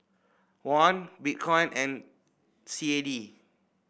Won Bitcoin and C A D